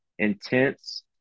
intense